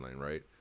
right